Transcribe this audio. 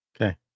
Okay